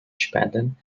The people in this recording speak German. spenden